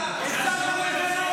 פשוט תגנו.